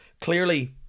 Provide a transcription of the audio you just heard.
clearly